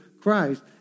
Christ